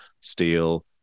steel